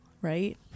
right